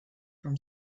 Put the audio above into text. from